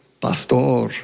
Pastor